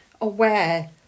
aware